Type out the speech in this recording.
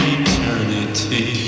eternity